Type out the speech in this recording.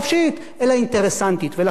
ולכן, רבותי, לסיום,